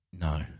No